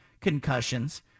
concussions